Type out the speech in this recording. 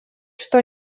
что